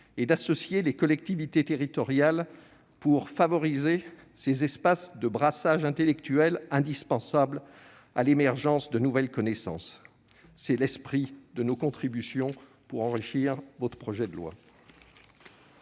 et d'associer les collectivités territoriales pour favoriser ces espaces de brassage intellectuel indispensables à l'émergence de nouvelles connaissances. Tel est l'esprit qui sous-tend nos contributions pour enrichir ce projet de loi.